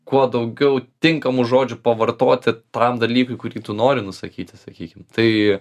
kuo daugiau tinkamų žodžių pavartoti tam dalykui kurį tu nori nusakyti sakykim tai